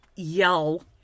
yell